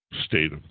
state